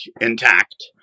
intact